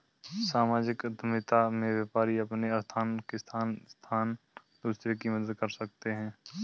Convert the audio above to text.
सामाजिक उद्यमिता में व्यापारी अपने उत्थान के साथ साथ दूसरों की भी मदद करते हैं